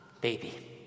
baby